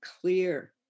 clear